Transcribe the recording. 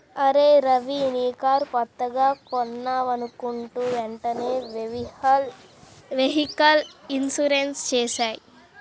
అరేయ్ రవీ నీ కారు కొత్తగా కొన్నావనుకుంటా వెంటనే వెహికల్ ఇన్సూరెన్సు చేసేయ్